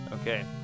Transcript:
Okay